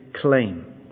claim